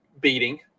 beating